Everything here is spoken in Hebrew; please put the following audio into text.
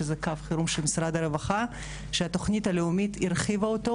שזה קו חירום של משרד הרווחה שהתוכנית הלאומית הרחיבה אותו,